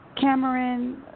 Cameron